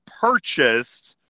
purchased